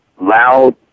loud